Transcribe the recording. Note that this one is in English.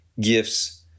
gifts